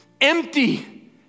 empty